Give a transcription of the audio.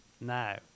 now